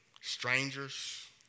strangers